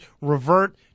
revert